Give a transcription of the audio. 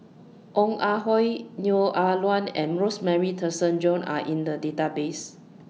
Ong Ah Hoi Neo Ah Luan and Rosemary Tessensohn Are in The Database